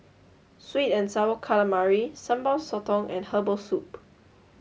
Sweet and Sour Calamari Sambal Sotong and Herbal Soup